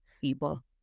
people